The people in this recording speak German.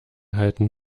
halten